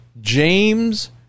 James